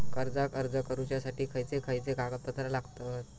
कर्जाक अर्ज करुच्यासाठी खयचे खयचे कागदपत्र लागतत